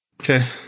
Okay